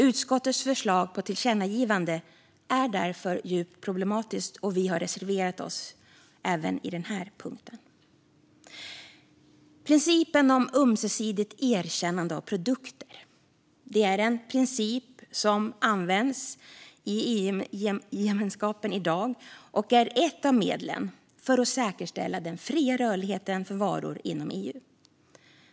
Utskottets förslag till tillkännagivande är därför djupt problematiskt, och vi har reserverat oss även i den här punkten. Principen om ömsesidigt erkännande av produkter används i EU-gemenskapen i dag och är ett av medlen för att säkerställa den fria rörligheten för varor inom EU.